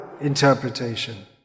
interpretation